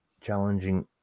challenging